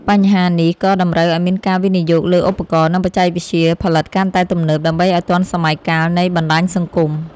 បញ្ហានេះក៏តម្រូវឱ្យមានការវិនិយោគលើឧបករណ៍ និងបច្ចេកវិទ្យាផលិតកាន់តែទំនើប ដើម្បីឱ្យទាន់សម័យកាលនៃបណ្ដាញសង្គម។